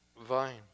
vine